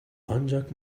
ancak